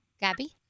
Gabby